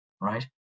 right